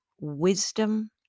wisdom